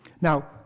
Now